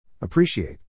Appreciate